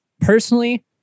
personally